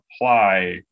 apply